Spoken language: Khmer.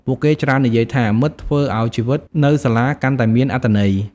ពួកគេច្រើននិយាយថា “មិត្តធ្វើឲ្យជីវិតនៅសាលាកាន់តែមានអត្ថន័យ។